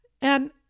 and-